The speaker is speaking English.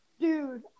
dude